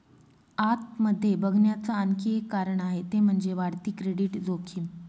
आत मध्ये बघण्याच आणखी एक कारण आहे ते म्हणजे, वाढती क्रेडिट जोखीम